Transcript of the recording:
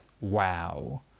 wow